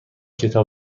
کتاب